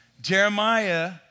Jeremiah